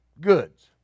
goods